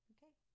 Okay